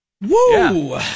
Woo